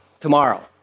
tomorrow